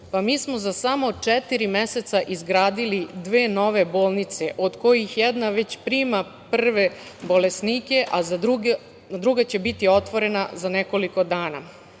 smo samo za četiri meseca izgradili dve nove bolnice, od kojih jedna prima već prve bolesnike, a druga će biti otvorena za nekoliko dana,